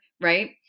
right